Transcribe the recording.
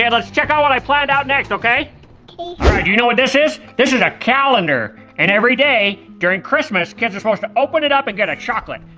and let's check out what i planned out next, okay? okay. alright, do you know what this is? this is a calendar, and every day during christmas kids are supposed to open it up and get a chocolate.